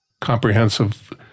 comprehensive